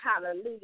Hallelujah